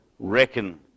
Reckon